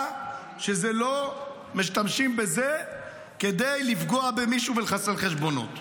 ובידיעה שלא משתמשים בזה כדי לפגוע במישהו ולחסל חשבונות.